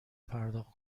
پرداخت